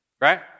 right